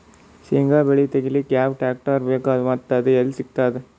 ಶೇಂಗಾ ಬೆಳೆ ತೆಗಿಲಿಕ್ ಯಾವ ಟ್ಟ್ರ್ಯಾಕ್ಟರ್ ಬೇಕು ಮತ್ತ ಅದು ಎಲ್ಲಿ ಸಿಗತದ?